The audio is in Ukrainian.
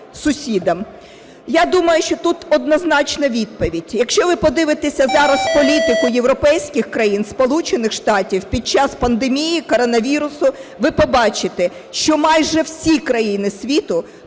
Я думаю, що тут однозначна відповідь. Якщо ви подивитеся зараз політику європейських країн, Сполучених Штатів під час пандемії коронавірусу, ви побачите, що майже всі країни світу